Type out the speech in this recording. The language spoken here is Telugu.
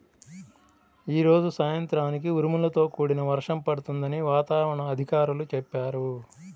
యీ రోజు సాయంత్రానికి ఉరుములతో కూడిన వర్షం పడుతుందని వాతావరణ అధికారులు చెప్పారు